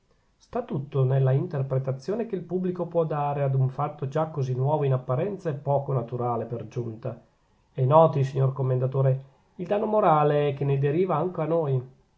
sta tutto nella interpetrazione che il pubblico può dare ad un fatto già così nuovo in apparenza e poco naturale per giunta e noti signor commendatore il danno morale che ne deriva anco a noi